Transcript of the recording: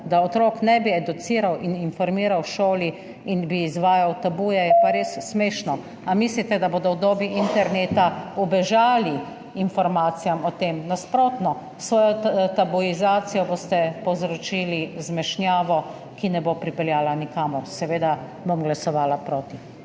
da otrok ne bi educiral in informiral v šoli in bi izvajal tabuje, je pa res smešno. Ali mislite, da bodo v dobi interneta ubežali informacijam o tem? Nasprotno, s svojo tabuizacijo boste povzročili zmešnjavo, ki ne bo pripeljala nikamor. Seveda bom glasovala proti.